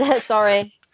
Sorry